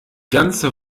ganze